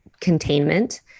containment